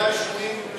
71 שעות מה?